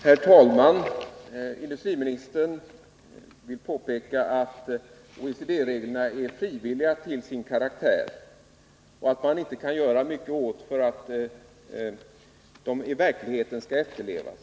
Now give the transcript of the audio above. Herr talman! Industriministern vill påpeka att OECD-reglerna är frivilliga till sin karaktär, och att man inte kan göra mycket för att de i verkligheten skall efterlevas.